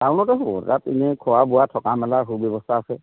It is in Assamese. টাউনতে হ'ব তাত এনেই খোৱা বোৱা থকা মেলাৰ সু ব্যৱস্থা আছে